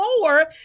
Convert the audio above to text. more